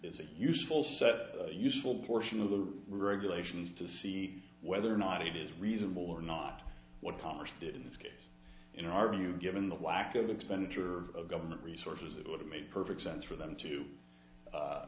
it's a useful set useful portion of the regulations to see whether or not it is reasonable or not what congress did in this case in our view given the lack of expenditure of government resources it would make perfect sense for them to